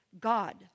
God